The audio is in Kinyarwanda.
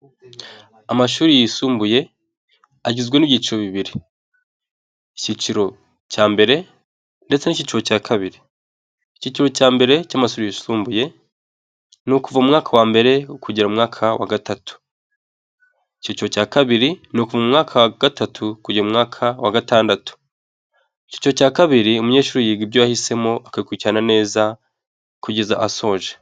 Amashuri yisumbuye agizwe n'ibyiciro bibiri: ikiciro cya mbere ndetse n'ikiciro cya kabiri. Ikiciro cya mbere cy'amashuri yisumbuye ni ukuva mu mwaka wa mbere kugera mu mwaka wa gatatu. Ikiciro cya kabiri ni ukuva mu mwaka wa gatatu kugera mu mwaka wa gatandatu. Ikiciro cya kabiri umunyeshuri yiga ibyo yahisemo akabikurikirana neza kugeza asoje.